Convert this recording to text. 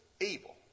evil